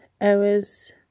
errors